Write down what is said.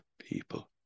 people